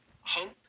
hope